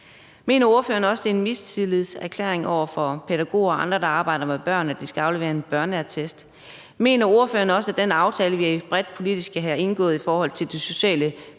Mener ordføreren også, det er en mistillidserklæring over for pædagoger og andre, der arbejder med børn, at de skal aflevere en børneattest? Mener ordføreren også, at den aftale, vi bredt politisk har indgået i forhold til det sociale botilbud